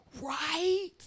right